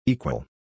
Equal